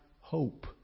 hope